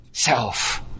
Self